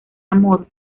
amor